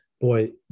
boy